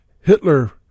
Hitler